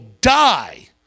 die